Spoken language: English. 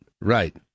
Right